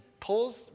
pulls